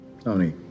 Tony